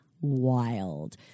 wild